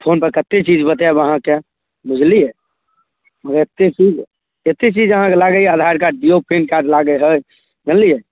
फोनपर कतेक चीज बताएब अहाँके बुझलिए मगर एतेक चीज एतेक चीज अहाँके लागैए आधार कार्ड दिऔ पैन कार्ड लागै हइ जनलिए